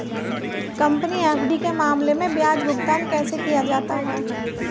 Company FD के मामले में ब्याज भुगतान कैसे किया जाता है?